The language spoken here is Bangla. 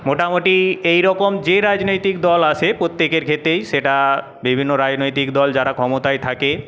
মোটামুটি এই রকম যে রাজনৈতিক দল আসে প্রত্যেকের ক্ষেত্রেই সেটা বিভিন্ন রাজনৈতিক দল যারা ক্ষমতায় থাকে